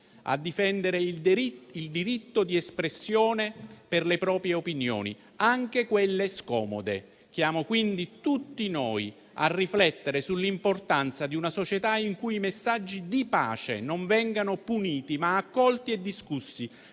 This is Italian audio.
a difendere il diritto di espressione per le proprie opinioni, anche quelle scomode. Chiamo quindi tutti noi a riflettere sull'importanza di una società in cui i messaggi di pace non vengano puniti, ma accolti e discussi,